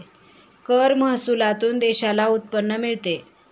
कर महसुलातून देशाला उत्पन्न मिळते